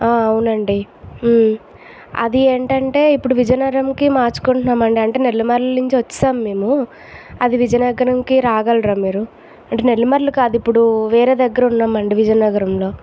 అవునండి అది ఏంటంటే ఇప్పుడు విజయనగరంకి మార్చుకుంటున్నాము అండి అంటే నెల్లమర్ల నుంచి వచ్చేసాం మేము అది విజయనగరంకి రాగలరా మీరు అంటే నెల్లమర్ల కాదు ఇప్పుడు వేరే దగ్గర ఉండామండి విజయనగరంలో